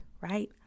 right